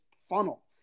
funnel